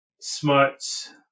Smuts